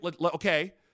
okay